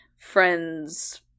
friends